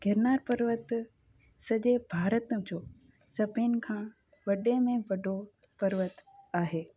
गिरनार पर्वतु सॼे भारत जो सभिनि खां वॾे में वॾो पर्वतु आहे